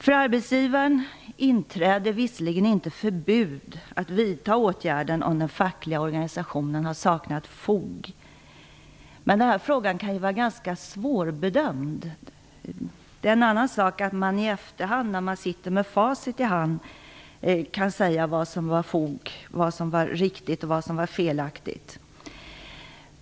För arbetsgivaren inträder visserligen inte förbud mot att vidta åtgärden om den fackliga organisationen har saknat fog för vetoförklaringen, men den här frågan kan vara ganska svårbedömd. Det är en annan sak att man i efterhand, när man sitter med facit i hand, kan säga vad som var riktigt och vad som var felaktigt.